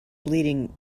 bleeding